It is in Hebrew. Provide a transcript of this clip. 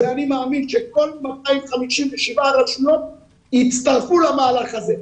ואני מאמין שכל 257 הרשויות יצטרפו למהלך הזה.